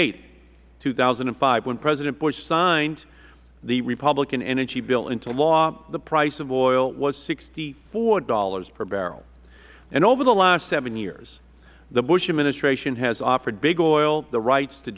eight two thousand and five when president bush signed the republican energy bill into law the price of oil was sixty four dollars per barrel and over the last seven years the bush administration has offered big oil the rights to